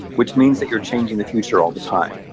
which means that you're changing the future all the time.